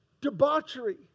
debauchery